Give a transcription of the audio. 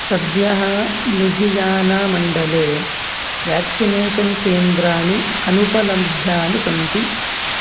सद्यः लुधियानामण्डले व्याक्सिनेषन् केन्द्राणि अनुपलभ्यानि सन्ति